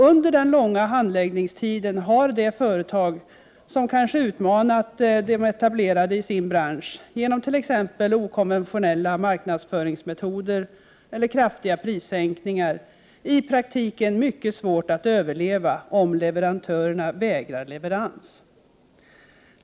Under den långa handläggningstiden har det företag som kanske utmanat de etablerade i sin bransch, genom t.ex. okonventionella marknadsföringsmetoder eller kraftiga prissänkningar, i praktiken mycket svårt att överleva, om leverantörerna vägrar leverans.